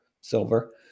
silver